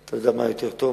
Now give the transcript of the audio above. אתה לא יודע מה יותר טוב,